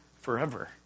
forever